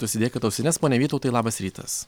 užsidėkit ausines pone vytautai labas rytas